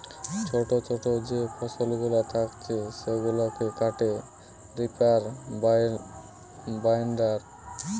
ছোটো ছোটো যে ফসলগুলা থাকছে সেগুলাকে কাটে রিপার বাইন্ডার